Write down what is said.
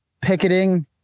picketing